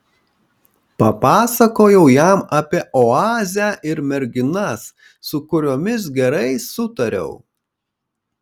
papasakojau jam apie oazę ir merginas su kuriomis gerai sutariau